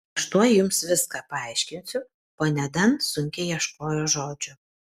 aš tuoj jums viską paaiškinsiu ponia dan sunkiai ieškojo žodžių